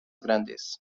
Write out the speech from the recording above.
grandes